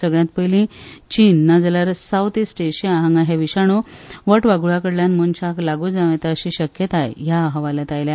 सगल्यात पयली चीन ना जाल्यार साउथ इस्ट एशिया हांगा हे विशाणू वटवाघुळाकडल्यान मनशाक लागु जांव येता अशी शक्यताय ह्या अहवालात आयल्या